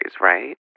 right